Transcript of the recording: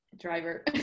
Driver